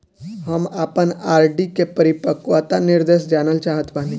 हम आपन आर.डी के परिपक्वता निर्देश जानल चाहत बानी